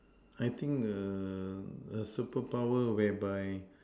I think err a superpower where by